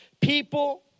people